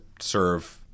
serve